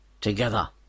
together